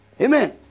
Amen